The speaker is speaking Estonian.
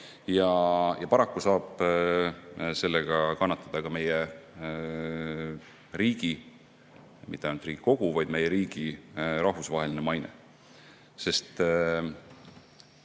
ja paraku saab sellega kannatada ka meie riigi, mitte ainult Riigikogu, vaid meie riigi rahvusvaheline maine. Siin